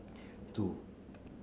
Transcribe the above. two